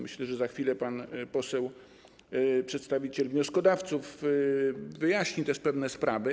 Myślę, że za chwilę pan poseł przedstawiciel wnioskodawców wyjaśni pewne sprawy.